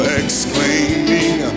exclaiming